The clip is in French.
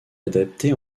adaptée